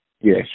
Yes